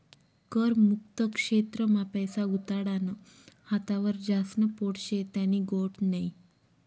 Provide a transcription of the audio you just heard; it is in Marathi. कर मुक्त क्षेत्र मा पैसा गुताडानं हातावर ज्यास्न पोट शे त्यानी गोट नै